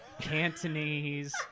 Cantonese